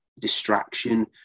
distraction